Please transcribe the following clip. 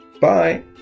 Bye